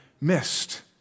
missed